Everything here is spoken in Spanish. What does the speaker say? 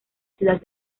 ciudad